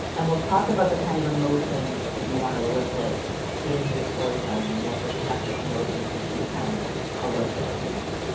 and we will talk about the kind of emotion that you want to elicit in your storytelling, the most effective emotion that you can elicit.